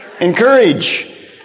Encourage